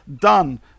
done